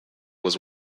was